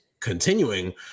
continuing